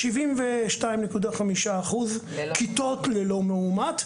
72.5% כיתות ללא מאומת,